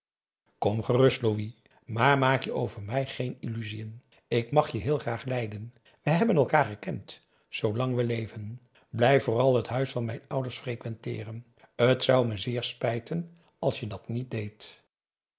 kom gerust louis maar maak je over mij geen illusiën ik mag je heel graag lijden we hebben elkaar gekend zoolang we leven blijf vooral het huis van mijn ouders frequenteeren t zou me zeer spijten als je dat niet deedt